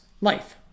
life